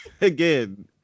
again